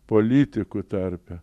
politikų tarpe